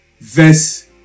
Verse